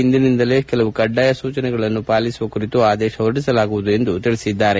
ಇಂದಿನಿಂದಲೇ ಕೆಲವು ಕಡ್ಡಾಯ ಸೂಚನೆಗಳನ್ನು ಪಾಲಿಸುವ ಕುರಿತು ಆದೇಶ ಹೊರಡಿಸಲಾಗುವುದು ಎಂದು ಸಚಿವರು ತಿಳಿಸಿದ್ದಾರೆ